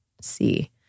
see